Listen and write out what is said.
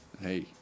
hey